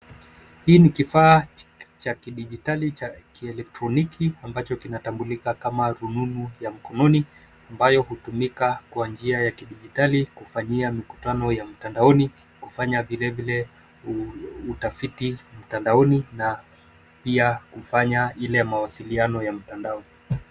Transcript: Hii ni kifaa cha kidijitali cha kielektroniki ambacho kinatambulika kama rununu ya mkononi, ambayo hutumika kwa njia ya kidijitali kufanyia mikutano ya mtandaoni, kufanya vilevile utafiti mtandaoni na pia kufanya ile mawasiliano ya mtandao.